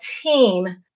team